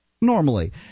normally